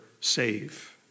save